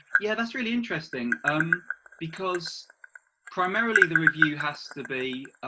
yeah that's really interesting. um because primarily the review has to be